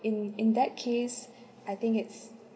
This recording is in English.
in in that case I think it's